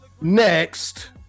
next